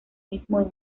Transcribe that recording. mismo